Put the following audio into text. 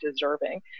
deserving